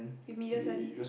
with media studies